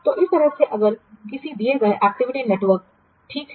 तो इस तरह से अगर किसी दिए गए एक्टिविटी नेटवर्क ठीक है